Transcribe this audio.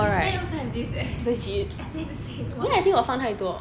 my friend also have this eh I think the same one